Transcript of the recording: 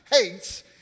hates